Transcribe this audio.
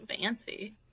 fancy